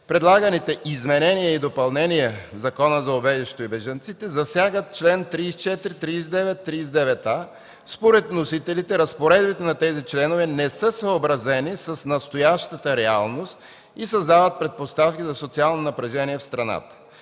Предлаганите изменения и допълнения в Закона за убежището и бежанците засягат чл. 34, 39 и 39а. Според вносителите разпоредбите на тези членове не са съобразени с настоящата реалност и създават предпоставки за социално напрежение в страната.